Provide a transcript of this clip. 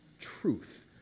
truth